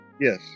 Yes